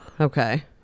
Okay